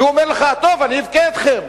והוא אומר לך: טוב, אני אבכה אתכם.